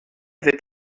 avait